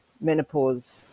menopause